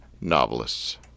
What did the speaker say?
Novelists